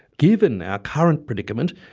given our current predicament,